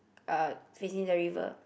uh facing the river